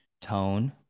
tone